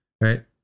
right